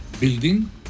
building